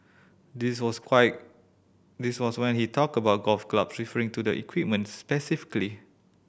this was this was when he talked about golf club referring to the equipment specifically